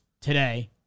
today